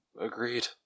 Agreed